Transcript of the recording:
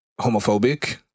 homophobic